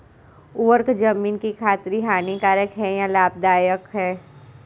उर्वरक ज़मीन की खातिर हानिकारक है या लाभदायक है?